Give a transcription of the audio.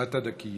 תלאת דקאייק.